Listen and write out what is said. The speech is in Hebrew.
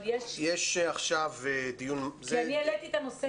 אבל יש --- יש עכשיו דיון --- כי אני העליתי את הנושא